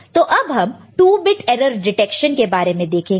तो अब हम 2 बीट एरर डिटेक्शन के बारे में देखेंगे